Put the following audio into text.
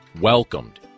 welcomed